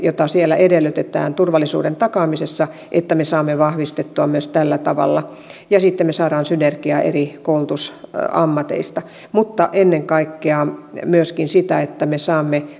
jota edellytetään turvallisuuden takaamisessa että me saamme vahvistettua sitä myös tällä tavalla ja sitten me saamme synergiaa eri koulutusammateista mutta ennen kaikkea myöskin me saamme